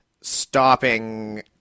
stopping